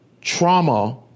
trauma